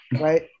right